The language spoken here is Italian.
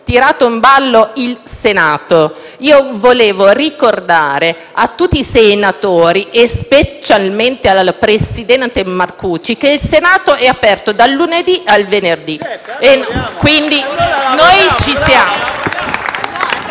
tirato in ballo il Senato. Vorrei ricordare a tutti i senatori - specialmente al presidente Marcucci - che il Senato è aperto dal lunedì al venerdì e noi ci siamo.